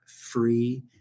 free